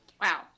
Wow